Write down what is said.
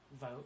vote